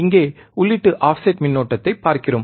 இங்கே உள்ளீட்டு ஆஃப்செட் மின்னோட்டத்தைப் பார்க்கிறோம்